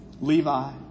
Levi